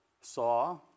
Saw